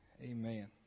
Amen